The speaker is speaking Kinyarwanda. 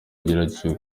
ugerageje